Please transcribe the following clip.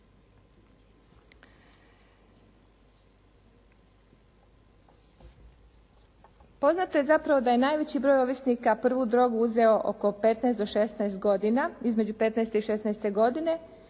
Poznato je zapravo da je najveći broj ovisnika prvu drogu uzeo oko 15 do 16 godina, između 15 i 16 godine